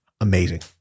Amazing